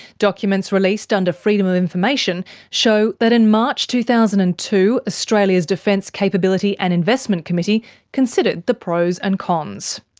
documents released under freedom of information show that in march two thousand and two, australia's defence capability and investment committee considered the pros and cons.